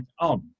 on